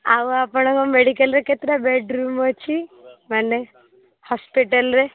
ଆଉ ଆପଣଙ୍କ ମେଡିକାଲ୍ରେ କେତେଟା ବେଡରୁମ୍ ଅଛି ମାନେ ହସ୍ପିଟାଲ୍ରେ